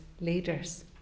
leaders